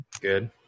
Good